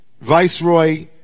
viceroy